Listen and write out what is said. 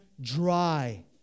dry